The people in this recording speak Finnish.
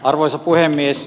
arvoisa puhemies